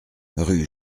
rue